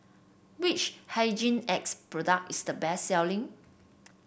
which Hygin X product is the best selling